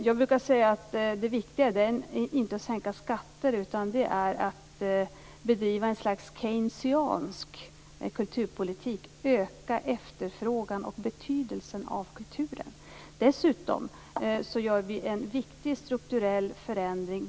Jag brukar säga att det viktiga inte är att sänka skatter utan att bedriva ett slags Keynesiansk kulturpolitik genom att öka efterfrågan och betydelsen av kulturen. Dessutom gör vi en viktig strukturell förändring.